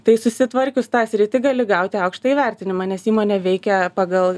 tai susitvarkius tą sritį gali gauti aukštą įvertinimą nes įmonė veikia pagal